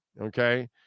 okay